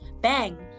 bang